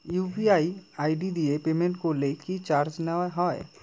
UPI ID দিয়ে payment করলে কি চার্জ নেয়া হয়?